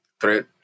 threat